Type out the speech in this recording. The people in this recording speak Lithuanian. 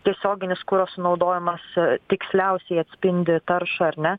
tiesioginis kuro sunaudojimas tiksliausiai atspindi taršą ar ne